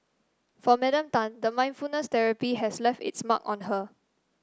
for Madam Tan the mindfulness therapy has left its mark on her